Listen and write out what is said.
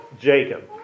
Jacob